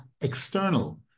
external